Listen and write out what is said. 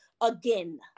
again